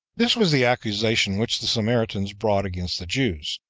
this was the accusation which the samaritans brought against the jews.